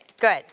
Good